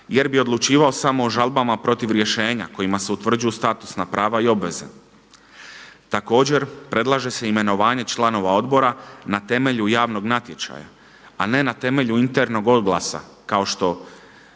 jer bi odlučivao samo o žalbama protiv rješenja kojima se utvrđuju statusna prava i obveze. Također predlaže se imenovanje članova odbora na temelju javnog natječaja, a ne na temelju internog oglasa kao što